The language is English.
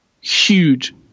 huge